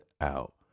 out